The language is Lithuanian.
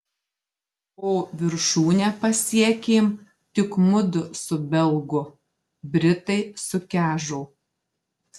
o viršūnę pasiekėm tik mudu su belgu britai sukežo